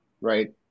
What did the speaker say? right